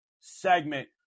segment